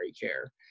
care